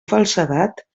falsedat